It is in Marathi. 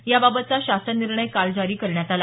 याबाबतचा शासन निर्णय काल जारी करण्यात आला